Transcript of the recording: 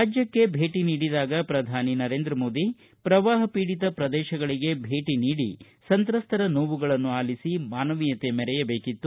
ರಾಜ್ಟಕ್ಕೆ ಭೇಟಿ ನೀಡಿದಾಗ ಪ್ರಧಾನಿ ನರೇಂದ್ರ ಮೋದಿ ಪ್ರವಾಹ ಪೀಡಿತ ಪ್ರದೇಶಗಳಿಗೆ ಬೇಟಿ ನೀಡಿ ಸಂತ್ರಸ್ತರ ನೋವುಗಳನ್ನು ಆಲಿಸಿ ಮಾನವೀಯತೆ ಮೆರೆಯಬೇಕಿತ್ತು